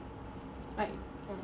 like